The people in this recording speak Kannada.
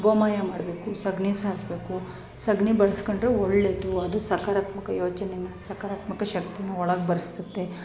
ಗೋಮಯ ಮಾಡಬೇಕು ಸಗ್ಣೀಲಿ ಸಾರಿಸ್ಬೇಕು ಸಗಣಿ ಬಳಸ್ಕೊಂಡ್ರೆ ಒಳ್ಳೇದು ಅದು ಸಕಾರಾತ್ಮಕ ಯೋಜನೆ ಸಕಾರಾತ್ಮಕ ಶಕ್ತಿನ ಒಳಗ್ಬರಿಸುತ್ತೆ